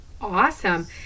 Awesome